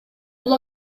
бул